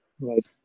Right